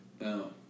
No